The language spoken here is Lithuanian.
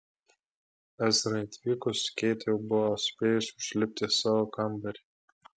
ezrai atvykus keitė jau buvo spėjusi užlipti į savo kambarį